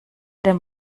dem